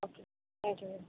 okay thank you madam